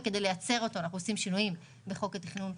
וכדי לייצר אותו אנחנו עושים שינויים בחוק התכנון,